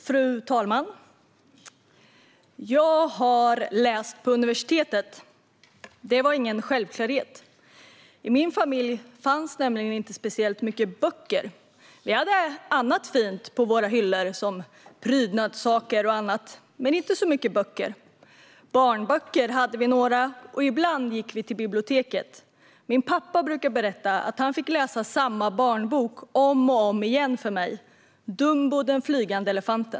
Fru talman! Jag har läst på universitetet. Det var ingen självklarhet. I min familj fanns det nämligen inte speciellt många böcker. Vi hade annat fint på våra hyllor, som prydnadssaker och annat, men inte så många böcker. Barnböcker hade vi några, och ibland gick vi till biblioteket. Riktade statsbidrag till skolan Min pappa brukar berätta att han fick läsa samma barnbok för mig om och om igen - Dumbo, den flygande elefanten .